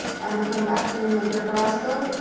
i will come back to member carrasco?